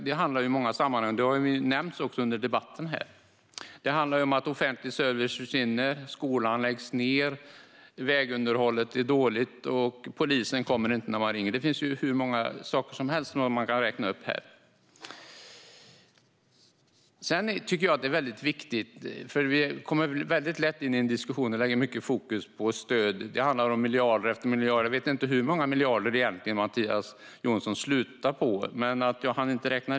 Det handlar om många sammanhang; det har också nämnts i debatten här. Det handlar om att offentlig service försvinner, att skolor läggs ned, att vägunderhållet är dåligt och att polisen inte kommer när man ringer. Det finns hur mycket som helst man kan räkna upp. Vi kommer lätt in i en diskussion om stöd och lägger mycket fokus på det. Det handlar om miljard efter miljard. Jag vet inte hur många miljarder Mattias Jonsson slutade på; jag hann inte räkna.